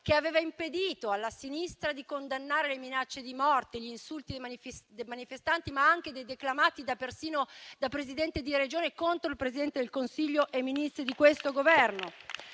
che aveva impedito alla sinistra di condannare le minacce di morte e gli insulti dei manifestanti, declamati persino da presidenti di Regione, contro il Presidente del Consiglio e i Ministri di questo Governo.